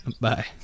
Bye